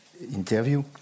interview